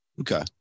Okay